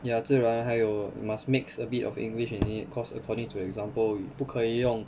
ya 自然还有 must mix a bit of english in it cause according to the example 不可用